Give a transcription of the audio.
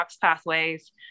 pathways